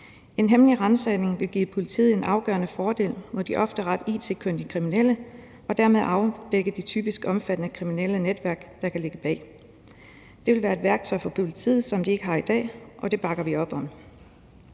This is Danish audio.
En hemmelig ransagning vil give politiet en afgørende fordel mod de ofte ret it-kyndige kriminelle og dermed afdække de typisk omfattende kriminelle netværk, der kan ligge bag. Det vil være et værktøj for politiet, som de ikke har i dag, og det bakker vi op om.